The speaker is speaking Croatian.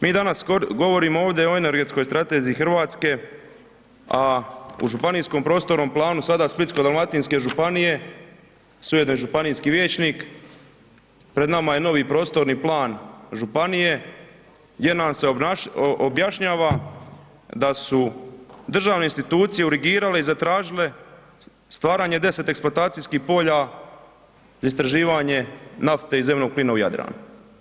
Mi danas govorimo ovdje o energetskoj strateziji RH, a u županijskom prostornom planu sada Splitsko-dalmatinske županije … [[Govornik se ne razumije]] županijski vijećnik, pred nama je novi prostorni plan županije gdje nam se objašnjava da su državne institucije urigirale i zatražile stvaranje 10 eksploatacijskih polja za istraživanje nafte i zelenog plina u Jadranu.